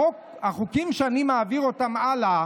החוקים שאני מעביר הלאה